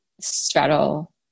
straddle